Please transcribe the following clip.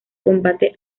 combate